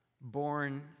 born